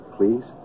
Please